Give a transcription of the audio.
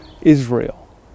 Israel